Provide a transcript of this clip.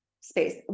space